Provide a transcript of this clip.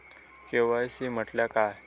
KYC म्हटल्या काय?